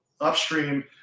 upstream